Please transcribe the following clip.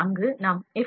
அங்கு நாம் எஃப்